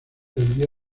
día